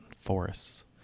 forests